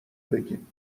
بگیم